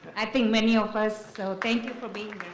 i think many of us, so thank you for being